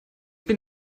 bin